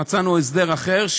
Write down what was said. מצאנו הסדר אחר,